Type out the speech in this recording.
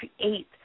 create